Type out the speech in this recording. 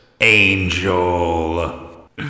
Angel